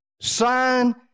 Sign